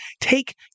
take